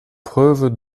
preuve